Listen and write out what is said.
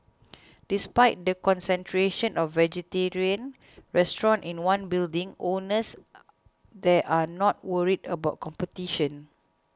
despite the concentration of vegetarian restaurants in one building owners there are not worried about competition